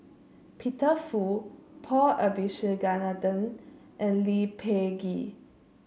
Peter Fu Paul Abisheganaden and Lee Peh Gee